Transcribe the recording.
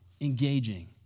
engaging